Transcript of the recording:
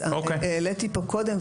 אז העליתי פה קודם,